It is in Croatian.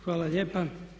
Hvala lijepa.